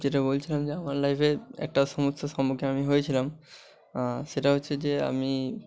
যেটা বলছিলাম যে আমার লাইফে একটা সমস্যার সম্মুখীন আমি হয়েছিলাম সেটা হচ্ছে যে আমি